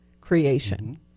creation